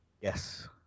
Yes